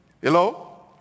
Hello